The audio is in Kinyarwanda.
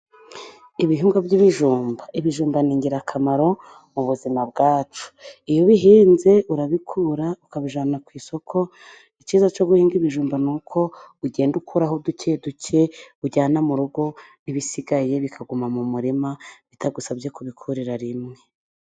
Ibihingwa by'ibijumba， ibijumba ni ingirakamaro mu buzima bwacu. Iyo ubihinze urabikura ukabijyana ku isoko，ikiza cyo guhinga ibijumba，ni uko ugenda ukuraho duke duke ujyana mu rugo， n'ibisigaye bikaguma mu murima， bitagusabye kubikurira rimwe.